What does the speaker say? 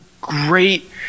great